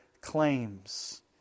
claims